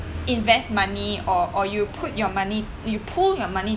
invest money or or you put your money you pool your money